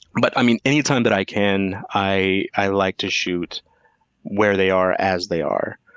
but i mean, anytime that i can, i i like to shoot where they are as they are,